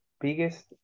biggest